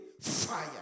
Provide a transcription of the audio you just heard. fire